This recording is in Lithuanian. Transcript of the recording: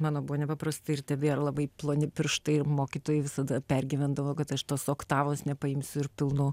mano buvo nepaprastai ir tebėra labai ploni pirštai ir mokytojai visada pergyvendavo kad aš tos oktavos nepaimsiu ir pilnu